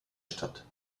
stadt